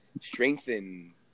strengthen